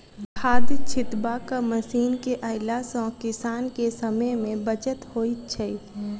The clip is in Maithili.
खाद छिटबाक मशीन के अयला सॅ किसान के समय मे बचत होइत छै